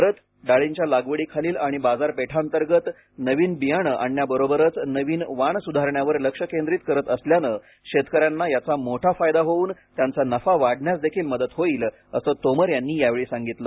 भारत डाळींच्या लागवडीखालील आणि बाजारपेठांतर्गत नवीन बियाणे आणण्याबरोबरच नवीन वाण सुधारण्यावर लक्ष केंद्रित करत असल्यानं शेतकऱ्यांना याचा मोठा फायदा होऊन त्यांचा नफा वाढण्यासदेखील मदत होईल असं तोमर यांनी यावेळी सांगितलं